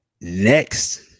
next